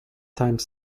time